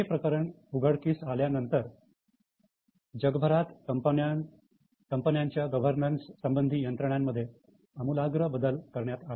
हे प्रकरण उघडकीस आल्यानंतर जगभरात कंपन्यांच्या गव्हर्नन्स संबंधी यंत्रणांमध्ये अमुलाग्र बदल करण्यात आले